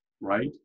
right